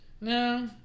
No